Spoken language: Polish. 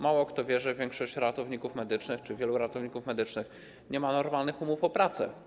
Mało kto wie, że większość ratowników medycznych, czy wielu ratowników medycznych nie ma normalnych umów o pracę.